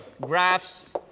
Graphs